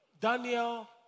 Daniel